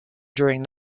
during